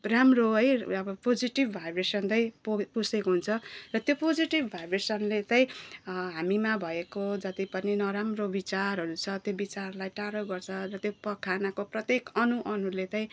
राम्रो है अब पोजिटिभ भाइब्रेसन चाहिँ पो पोसेको हुन्छ र त्यो पोजिटिभ भाइब्रेसनले चाहिँ हामीमा भएको जति पनि नराम्रो विचारहरू छ त्यो विचारलाई टाढा गर्छ र त्यो प खानाको प्रत्येक अणु अणुले चाहिँ